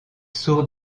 sourd